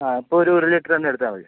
ആ ഇപ്പോൾ ഒരു ഒരു ലിറ്ററ് എണ്ണ എടുത്താ മതി